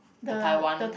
the Taiwan